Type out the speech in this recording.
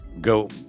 go